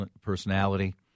personality